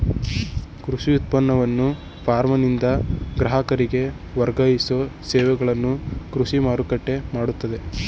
ಕೃಷಿ ಉತ್ಪನ್ನವನ್ನ ಫಾರ್ಮ್ನಿಂದ ಗ್ರಾಹಕರಿಗೆ ವರ್ಗಾಯಿಸೋ ಸೇವೆಗಳನ್ನು ಕೃಷಿ ಮಾರುಕಟ್ಟೆ ಮಾಡ್ತದೆ